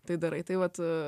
tai darai tai vat